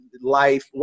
life